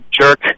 jerk